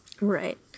Right